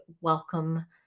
welcome